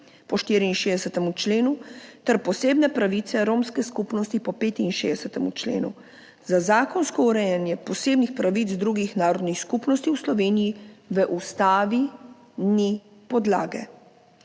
po 64. členu ter posebne pravice romske skupnosti po 65. členu. Za zakonsko urejanje posebnih pravic drugih narodnih skupnosti v Sloveniji v ustavi ni podlage.